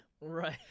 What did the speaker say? Right